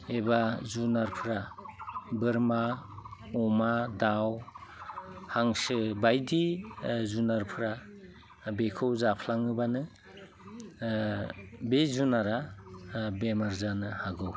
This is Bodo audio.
एबा जुनारफोरा बोरमा अमा दाउ हांसो बायदि जुनारफोरा बेखौ जाफ्लाङोब्लानो बे जुनारा बेमार जानो हागौ